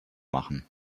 machen